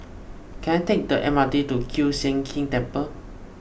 can I take the M R T to Kiew Sian King Temple